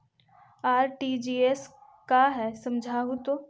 RTGS का है समझाहू तो?